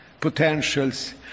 potentials